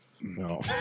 No